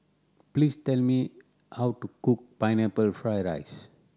please tell me how to cook Pineapple Fried rice